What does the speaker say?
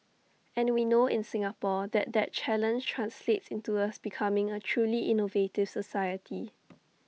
and we know in Singapore that that challenge translates into us becoming A truly innovative society